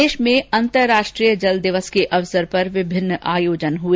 प्रदेश में अंतर्राष्ट्रीय जल दिवस के अवसर पर विभिन्न आयोजन हुए